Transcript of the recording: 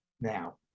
now